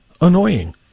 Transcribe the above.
annoying